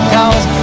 Cause